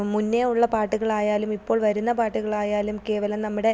മുന്നെയുള്ള പാട്ടുകളായാലും ഇപ്പോൾ വരുന്ന പാട്ടുകളായാലും കേവലം നമ്മുടെ